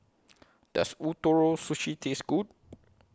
Does Ootoro Sushi Taste Good